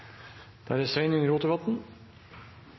Da er det